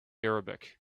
arabic